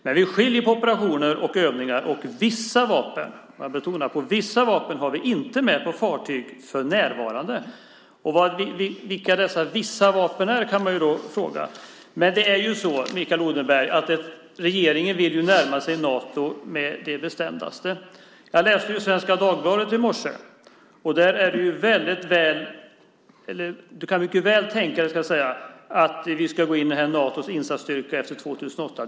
Men vi skiljer på operationer och övningar, och vissa vapen - man betonar vissa - har vi inte med på fartyg för närvarande. Vilka dessa "vissa vapen" är kan man fråga. Men, Mikael Odenberg, regeringen vill närma sig Nato med det bestämdaste. Jag läste Svenska Dagbladet i morse. Enligt den kan du mycket väl tänka dig att vi ska ingå i Natos insatsstyrka efter 2008.